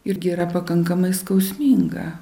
irgi yra pakankamai skausminga